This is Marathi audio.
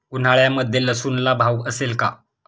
उन्हाळ्यामध्ये लसूणला भाव असेल का?